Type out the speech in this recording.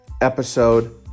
episode